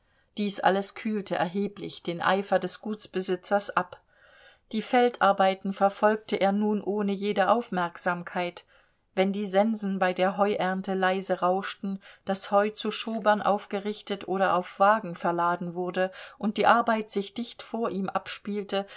dies alles kühlte erheblich den eifer des gutsbesitzers ab die feldarbeiten verfolgte er nun ohne jede aufmerksamkeit wenn die sensen bei der heuernte leise rauschten das heu zu schobern aufgerichtet oder auf wagen verladen wurde und die arbeit sich dicht vor ihm abspielte